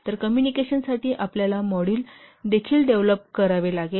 तर कॉम्युनिकेशनसाठी आपल्याला मॉड्यूल देखील डेव्हलोप करावे लागेल